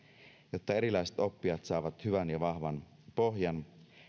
jotta erilaiset oppijat saavat hyvän ja vahvan pohjan